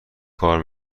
کار